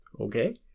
Okay